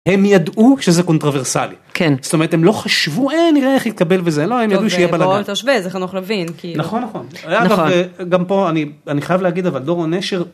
הם ידעו שזה קונטרברסלי. כן. זאת אומרת, הם לא חשבו אה נראה איך יתקבל וזה, לא הם ידעו שיהיה בלגן. נכון, נכון, אגב, גם פה אני חייב להגיד אבל דורון נשר.